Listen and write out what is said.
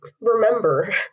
remember